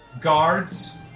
Guards